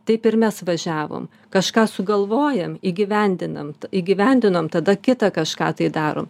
taip ir mes važiavom kažką sugalvojam įgyvendinam įgyvendinom tada kitą kažką tai darom